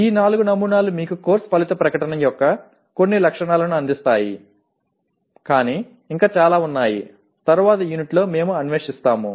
ఈ నాలుగు నమూనాలు మీకు కోర్సు ఫలిత ప్రకటనల యొక్క కొన్ని లక్షణాలను అందిస్తాయి కానీ ఇంకా చాలా ఉన్నాయి తరువాత యూనిట్లో మేము అన్వేషిస్తాము